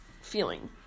feeling